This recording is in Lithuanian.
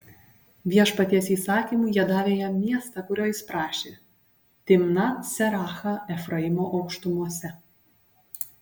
viešpaties įsakymu jie davė jam miestą kurio jis prašė timnat serachą efraimo aukštumose